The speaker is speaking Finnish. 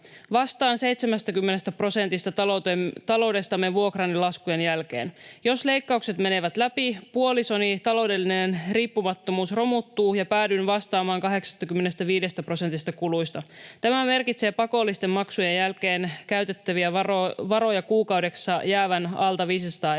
Vastaan 70 prosentista taloudestamme vuokran ja laskujen jälkeen. Jos leikkaukset menevät läpi, puolisoni taloudellinen riippumattomuus romuttuu ja päädyn vastaamaan 85 prosentista kuluista. Tämä merkitsee pakollisten maksujen jälkeen käytettäviä varoja kuukaudessa jäävän alta 500 euroa.